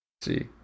see